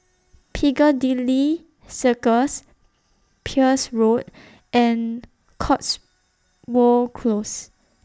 Piccadilly Circus Peirce Road and Cotswold Close